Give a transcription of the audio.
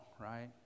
right